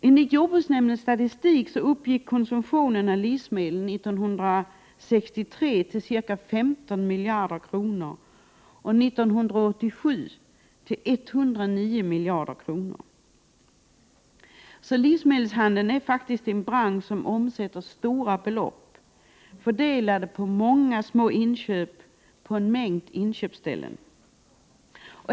Enligt jordbruksnämndens statistik uppgick konsumtionen av livsmedel år 1963 till ett värde av ca 15 miljarder kronor och år 1987 till 109 miljarder kronor. Livsmedelshandeln är en bransch som omsätter stora belopp fördelade på många små inköp hos en mängd inköpsställen.